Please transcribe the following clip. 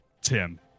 Tim